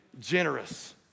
generous